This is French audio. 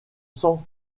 sang